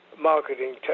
marketing